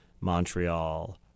Montreal